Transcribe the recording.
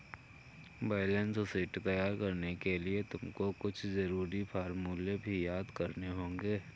balance sheet तैयार करने के लिए तुमको कुछ जरूरी फॉर्मूले भी याद करने होंगे